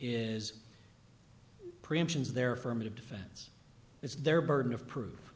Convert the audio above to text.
is preemptions their firm of defense it's their burden of proof